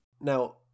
Now